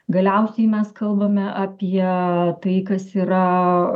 galiausiai mes kalbame apie tai kas yra